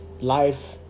life